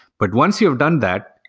but once you've done that,